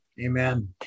Amen